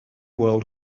world